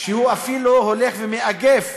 שהוא אפילו מאגף,